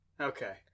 Okay